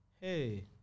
hey